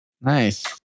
Nice